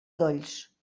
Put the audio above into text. dolls